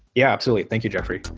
yeah, absolutely. thank you, jeffrey